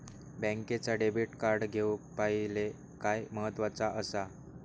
बँकेचा debit card घेउक पाहिले काय महत्वाचा असा?